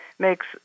makes